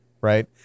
right